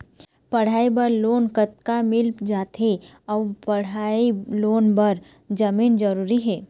पढ़ई बर लोन कतका मिल जाथे अऊ पढ़ई लोन बर जमीन जरूरी हे?